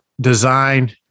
design